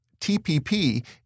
TPP